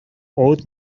old